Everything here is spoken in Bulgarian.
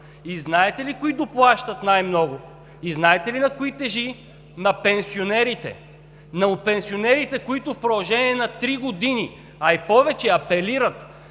Знаете ли кои доплащат най-много? Знаете ли на кои тежи? На пенсионерите. На пенсионерите, които в продължение на три, а и повече години,